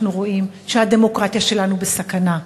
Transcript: אנחנו רואים שהדמוקרטיה שלנו בסכנה,